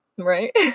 Right